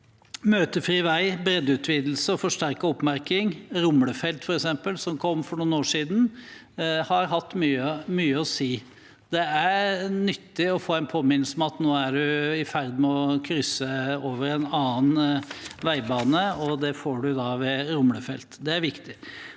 Møtefri vei, breddeutvidelse og forsterket oppmerking, rumlefelt f.eks., som kom for noen år siden, har hatt mye å si. Det er nyttig å få en påminnelse om at nå er du i ferd med å krysse over i en annen veibane, og det får vi ved rumlefelt. Det er viktig.